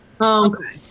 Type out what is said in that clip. Okay